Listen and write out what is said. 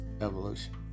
evolution